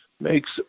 makes